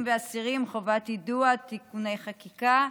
ואסירים (חובת יידוע) (תיקוני חקיקה),